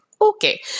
okay